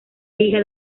hija